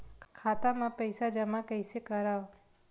खाता म पईसा जमा कइसे करव?